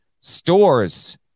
Stores